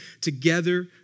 together